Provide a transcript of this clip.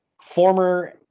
Former